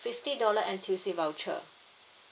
fifty dollar N_T_U_C voucher